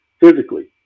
Physically